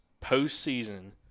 post-season